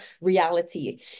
reality